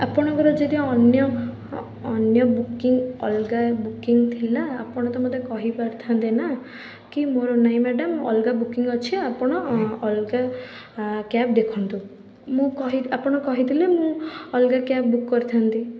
ଆପଣଙ୍କର ଯଦି ଅନ୍ୟ ବୁକିଙ୍ଗ୍ ଅଲଗା ବୁକିଙ୍ଗ୍ ଥିଲା ଆପଣ ତ ମୋତେ କହିପାରିଥାନ୍ତେ ନା କି ମୋର ନାଇଁ ମ୍ୟାଡ଼ାମ୍ ଅଲଗା ବୁକିଙ୍ଗ୍ ଅଛି ଆପଣ ଅଲଗା ଅଁ କ୍ୟାବ୍ ଦେଖନ୍ତୁ ମୁଁ କହି ଆପଣ କହିଥିଲେ ମୁଁ ଅଲଗା କ୍ୟାବ୍ ବୁକ୍ କରିଥାନ୍ତି